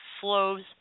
flows